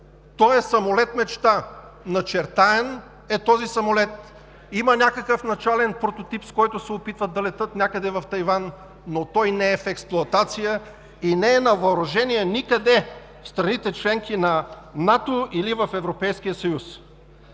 той е самолет мечта! Начертан е този самолет, има някакъв начален прототип, с който се опитват да летят някъде в Тайван, но той не е в експлоатация и не е на въоръжение никъде в страните – членки на НАТО или Европейския съюз!